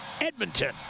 Edmonton